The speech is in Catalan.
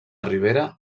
ribera